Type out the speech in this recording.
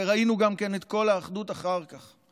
וראינו גם את כל האחדות אחר כך,